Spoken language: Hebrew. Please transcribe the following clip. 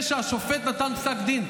יש לי למי לפנות אחרי שהשופט נתן פסק דין,